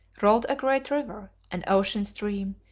rolled a great river, an ocean stream,